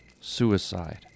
Suicide